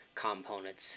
components